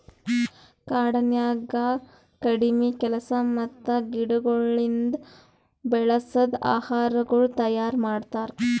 ಕಾಡನ್ಯಾಗ ಕಡಿಮಿ ಕೆಲಸ ಮತ್ತ ಗಿಡಗೊಳಿಂದ್ ಬೆಳಸದ್ ಆಹಾರಗೊಳ್ ತೈಯಾರ್ ಮಾಡ್ತಾರ್